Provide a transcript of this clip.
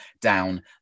down